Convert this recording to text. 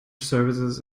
services